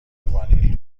وانیل